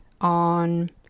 on